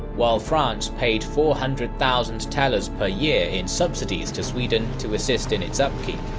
while france paid four hundred thousand thalers per year in subsidies to sweden to assist in its upkeep.